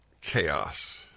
Chaos